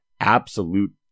Absolute